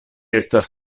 estas